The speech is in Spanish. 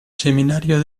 seminario